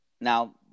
Now